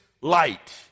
light